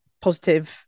positive